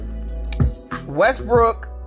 Westbrook